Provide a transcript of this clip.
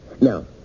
Now